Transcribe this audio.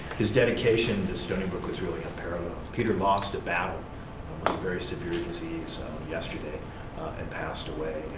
his dedication to stony brook was really unparalleled. peter lost a battle with a very severe disease yesterday and passed away,